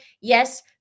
yes